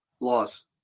Loss